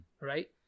Right